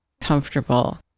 comfortable